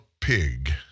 pig